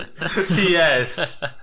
Yes